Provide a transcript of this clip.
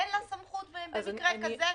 אין לה סמכות במקרה כזה?